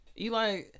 Eli